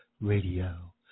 Radio